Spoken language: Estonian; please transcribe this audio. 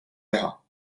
teha